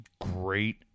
great